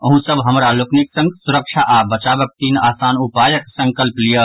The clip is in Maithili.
अहूँ सब हमरा लोकनिक संग सुरक्षा आ बचावक तीन आसान उपायक संकल्प लियऽ